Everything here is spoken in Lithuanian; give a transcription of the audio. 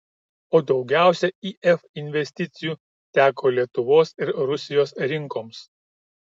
o daugiausiai if investicijų teko lietuvos ir rusijos rinkoms